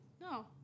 No